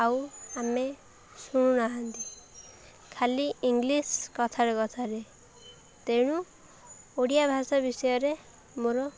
ଆଉ ଆମେ ଶୁଣୁନାହାନ୍ତି ଖାଲି ଇଂଲିଶ୍ କଥାରେ କଥାରେ ତେଣୁ ଓଡ଼ିଆ ଭାଷା ବିଷୟରେ ମୋର